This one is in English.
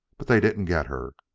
but they didn't get her.